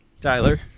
Tyler